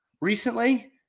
Recently